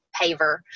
paver